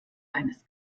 eines